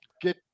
get